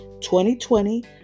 2020